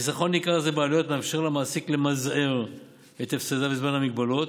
חיסכון ניכר זה בעלויות מאפשר למעסיק למזער את הפסדיו בזמן ההגבלות